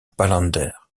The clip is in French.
palander